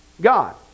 God